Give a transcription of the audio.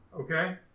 Okay